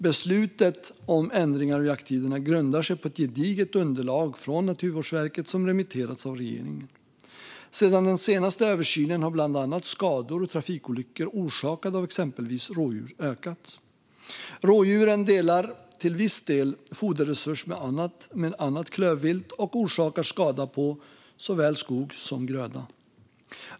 Beslutet om ändringar av jakttiderna grundar sig på ett gediget underlag från Naturvårdsverket som remitterats av regeringen. Sedan den senaste översynen har bland annat skador och trafikolyckor orsakade av exempelvis rådjur ökat. Rådjuren delar till viss del foderresurs med annat klövvilt och orsakar skada på såväl skog som gröda.